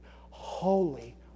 holy